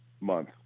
Month